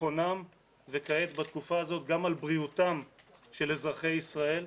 ביטחונם וכעת בתקופה הזאת גם על בריאותם של אזרחי ישראל,